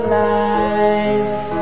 life